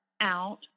out